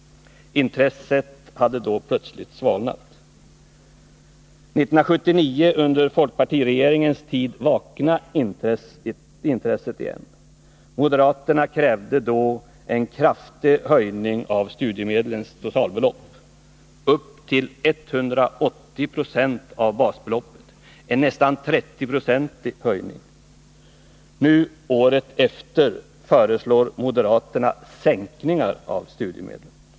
Intresset hade då plötsligt svalnat. 1979, under folkpartiregeringens tid, vaknade intresset på nytt. Moderaterna krävde då en kraftig höjning av totalbeloppet för studiemedel, upp till 180 96 av basbeloppet, en nästan 30-procentig höjning. Nu, ett år senare, föreslår moderaterna sänkningar när det gäller studiemedel.